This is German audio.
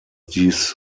dies